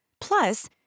Plus